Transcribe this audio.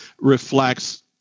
reflects